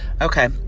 okay